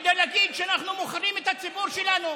כדי להגיד שאנחנו מוכרים את הציבור שלנו?